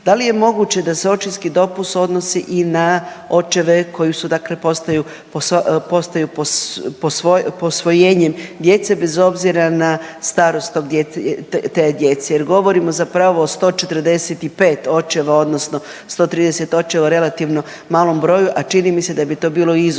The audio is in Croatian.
Da li je moguće da se očinski dopust odnosi i na očeve koji su dakle postaju posvojenjem djece bez obzira na starost tog, te djece jer govorimo zapravo o 145 očeva odnosno 130 očeva, o relativno malom broju, a čini mi se da bi to bilo izuzetno